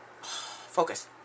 Focus